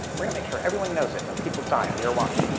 going to make sure everyone knows it when people die on your watch.